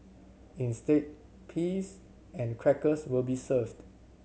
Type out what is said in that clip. instead peas and crackers will be served